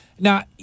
Now